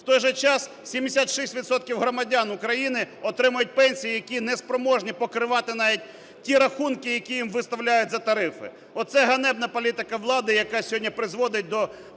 В той же час 76 відсотків громадян України отримують пенсії, які неспроможні покривати навіть ті рахунки, які їм виставляють за тарифи, оце ганебна політика влади, яка сьогодні призводить до